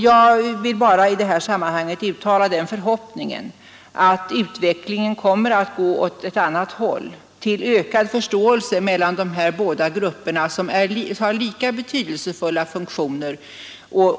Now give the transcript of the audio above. Jag vill bara i detta sammanhang uttala den förhoppningen att utvecklingen kommer att gå åt ett annat håll, till ökad förståelse mellan de här båda grupperna, som har lika betydelsefulla funktioner.